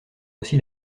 aussi